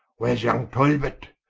where's young talbot?